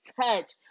touch